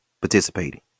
participating